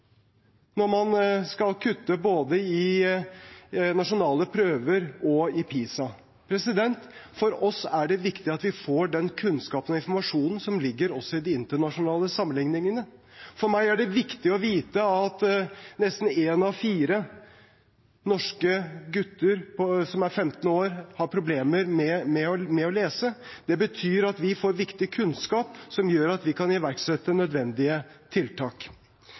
når man skal kutte både i nasjonale prøver og i PISA. For oss er det viktig at vi får den kunnskapen og informasjonen som ligger også i de internasjonale sammenligningene. For meg er det viktig å vite at nesten én av fire norske gutter som er 15 år, har problemer med å lese. Det betyr at vi får viktig kunnskap som gjør at vi kan iverksette nødvendige tiltak.